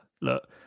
look